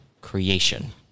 creation